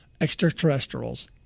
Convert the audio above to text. extraterrestrials